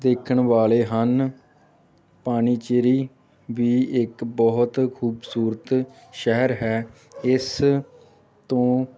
ਦੇਖਣ ਵਾਲੇ ਹਨ ਪਾਂਡੀਚਰੀ ਵੀ ਇੱਕ ਬਹੁਤ ਖੂਬਸੂਰਤ ਸ਼ਹਿਰ ਹੈ ਇਸ ਤੋਂ